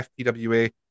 FPWA